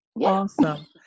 Awesome